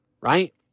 right